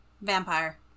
Vampire